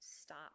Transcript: stop